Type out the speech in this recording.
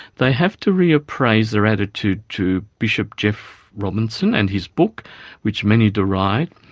they have to reappraise their attitude to bishop geoff robinson and his book which many deride.